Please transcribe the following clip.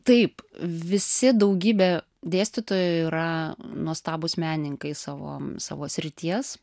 taip visi daugybė dėstytojų yra nuostabūs menininkai savo savo srities